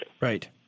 Right